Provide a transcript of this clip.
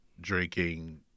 drinking